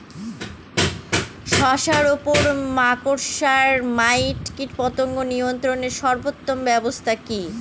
শশার উপর মাকড়সা মাইট কীটপতঙ্গ নিয়ন্ত্রণের সর্বোত্তম ব্যবস্থা কি?